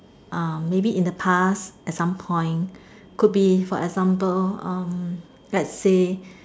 ah maybe in the past at some point could be for example um let's say